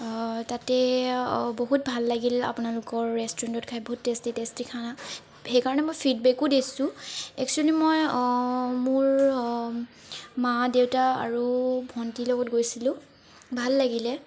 তাতে বহুত ভাল লাগিল আপোনালোকৰ ৰেষ্টুৰেণ্টত খাই বহুত টেষ্টি টেষ্টি খানা সেইকাৰণে মই ফিডবেকো দিছো একচুৱেলি মই মোৰ মা দেউতা আৰু ভণ্টিৰ লগত গৈছিলো ভাল লাগিলে